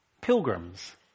pilgrims